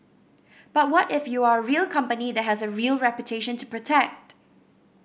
but what if you are a real company that has a real reputation to protect